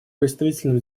представительным